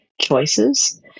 choices